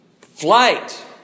Flight